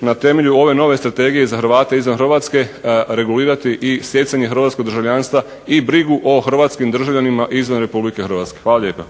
na temelju ove nove strategije za Hrvate izvan Hrvatske regulirati i stjecanje hrvatskog državljanstva i brigu o Hrvatskim državljanima izvan Republike Hrvatske. Hvala lijepa. **Bebić,